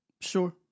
Sure